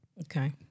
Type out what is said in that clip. Okay